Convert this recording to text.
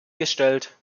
gestellt